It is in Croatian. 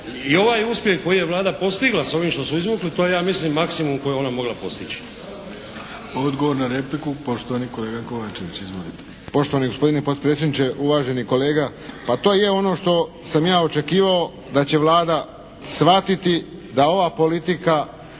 i ovaj uspjeh koji je Vlada postigla s ovim što su izvukli to je ja mislim maksimum koji je ona mogla postići. **Arlović, Mato (SDP)** Odgovor na repliku poštovani kolega Kovačević. Izvolite. **Kovačević, Pero (HSP)** Poštovani gospodine potpredsjedniče, uvaženi kolega. Pa to je ono što sam ja očekivao da će Vlada shvatiti da ova politika